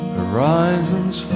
horizon's